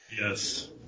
Yes